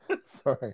Sorry